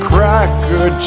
Cracker